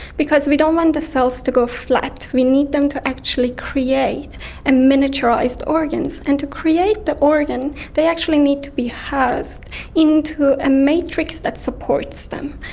because we don't want the cells to go flat, we need them to actually create a miniaturised organ. and to create the organ they actually need to be housed into a matrix that supports them.